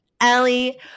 Ellie